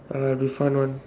uh this one one